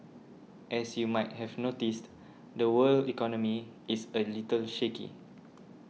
as you might have noticed the world economy is a little shaky